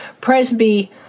Presby